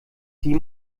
sie